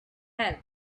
help